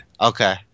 Okay